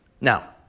Now